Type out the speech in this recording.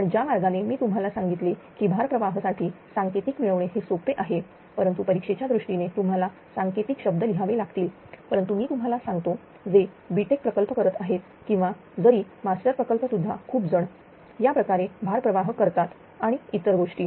पण ज्या मार्गाने मी तुम्हाला सांगितले की भार प्रवाह साठी सांकेतिक मिळवणे हे सोपे आहे परंतु परीक्षेच्या दृष्टीने तुम्हाला सांकेतिक शब्द लिहावे लागतील परंतु मी तुम्हाला सांगतो जे बी टेक प्रकल्प करत आहेत किंवा जरी मास्टर प्रकल्प सुद्धा खूप जण याप्रकारे भारप्रवाह करतात आणि इतर गोष्टी